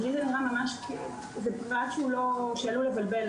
אז לי נראה שזה פרט שעלול לבלבל.